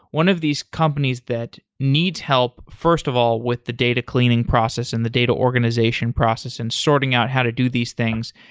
one of these companies that needs help first of all with the data cleaning process and the data organization process and sorting out how to do these things.